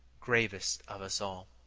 gravest of us all.